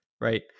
Right